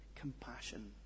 compassion